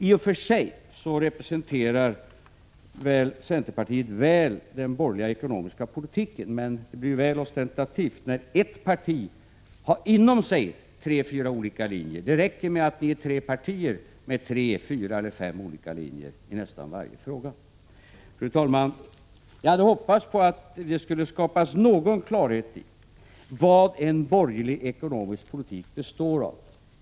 I och för sig representerar centerpartiet väl den borgerliga ekonomiska politiken, men det blir alltför ostentativt när ett parti inom sig driver tre fyra olika linjer. Det räcker med att ni är tre partier med tre, fyra eller fem olika linjer i nästan varje fråga. Fru talman! Jag hade hoppats på att det skulle skapas någon klarhet i vad en borgerlig ekonomisk politik består av.